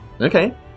Okay